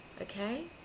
Okay